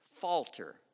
falter